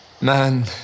Man